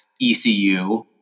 ECU